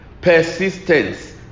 persistence